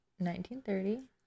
1930